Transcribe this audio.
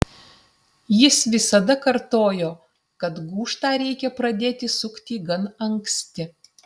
jis visada kartojo kad gūžtą reikia pradėti sukti gan anksti